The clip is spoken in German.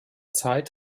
zeit